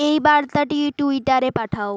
এই বার্তাটি টুইটারে পাঠাও